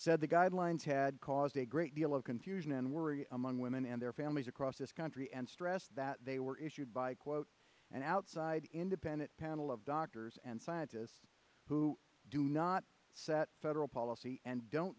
said the guidelines had caused a great deal of confusion and worry among women and their families across this country and stressed that they were issued by quote an outside independent panel of doctors and scientists who do not set federal policy and don't